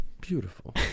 beautiful